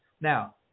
Now